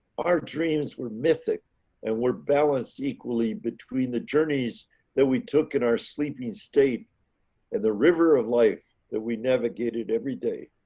our dreams were mythic and we're balanced equally between the journeys that we took in our sleeping state and the river of life that we never get it every day.